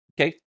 okay